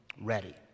ready